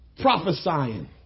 prophesying